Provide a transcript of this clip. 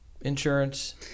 insurance